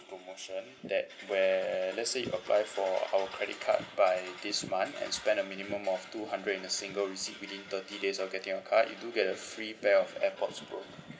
promotion that where let's say you apply for our credit card by this month and spend a minimum of two hundred in a single receipt within thirty days of getting your card you do get a free pair of airpods pro